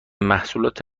محصولات